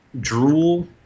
drool